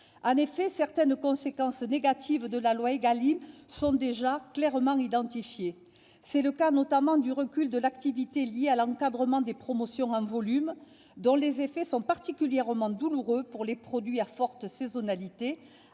En effet, certaines conséquences négatives de la loi Égalim sont déjà clairement identifiées. C'est le cas notamment du recul de l'activité lié à l'encadrement des promotions en volume, dont les effets sont particulièrement douloureux pour les produits à forte saisonnalité,